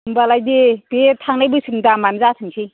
होमब्लालाय दे बे थांनाय बोसोरनि दामआनो जाथोंसै